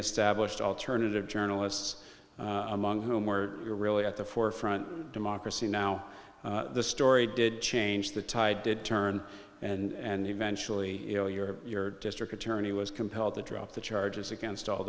established alternative journalists among whom were really at the forefront democracy now the story did change the tide did turn and eventually you know your your district attorney was compelled to drop the charges against all